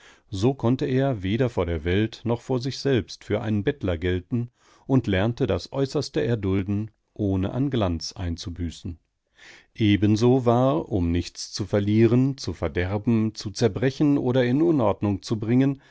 so konnte er weder vor der welt noch vor sich selbst für einen bettler gelten und lernte das äußerste erdulden ohne an glanz einzubüßen ebenso war um nichts zu verlieren zu verderben zu zerbrechen oder in unordnung zu bringen